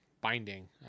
binding